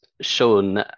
shown